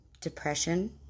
depression